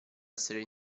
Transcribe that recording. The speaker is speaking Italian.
essere